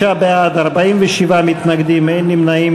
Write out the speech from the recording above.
35 בעד, 47 נגד, אין נמנעים.